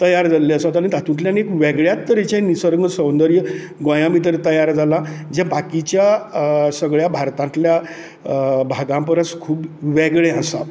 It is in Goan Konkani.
तयार जाल्ले आसा आनी ताूंतल्यान एक वेगळ्याच तरेचें निसर्ग सौंदर्य गोंयां भितर तयार जालां जे बाकिच्या सगळ्या भारतांतल्या भागां परस खूब वेगळें आसा